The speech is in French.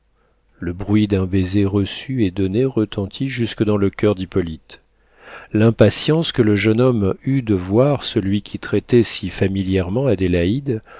le bruit d'un baiser reçu et donné retentit jusque dans le coeur d'hippolyte l'impatience que le jeune homme eut de voir celui qui traitait si familièrement adélaïde